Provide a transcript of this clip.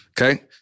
Okay